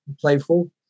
playful